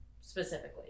Specifically